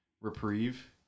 reprieve